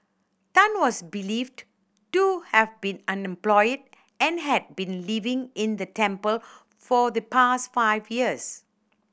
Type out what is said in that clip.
Tan was believed to have been unemployed and had been living in the temple for the past five years